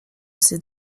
ces